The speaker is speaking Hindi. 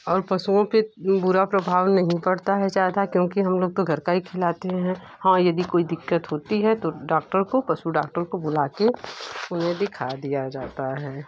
और पशुओं पे बुरा प्रभाव नहीं पड़ता है ज़्यादा क्योंकि हम लोग तो घर का ही खिलाते है हाँ यदि कोई दिक्कत होती है तो डॉक्टर को पशु डॉक्टर को बुलाके उन्हें दिखा दिया जाता है